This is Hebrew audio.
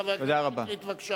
חבר הכנסת מאיר שטרית, בבקשה.